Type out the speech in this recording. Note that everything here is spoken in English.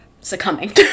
succumbing